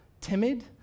timid